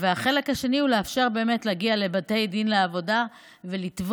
והחלק השני הוא לאפשר באמת להגיע לבתי דין לעבודה ולתבוע,